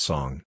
Song